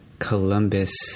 columbus